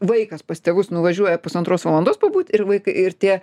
vaikas pas tėvus nuvažiuoja pusantros valandos pabūti ir vaika ir tie